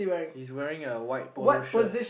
he's wearing a white polo shirt